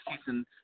season